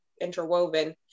interwoven